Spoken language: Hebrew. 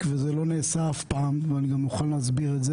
אם לא תהיה הסכמה, אנחנו נחלק גם את זה.